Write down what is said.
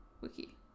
Wiki